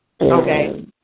Okay